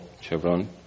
Chevron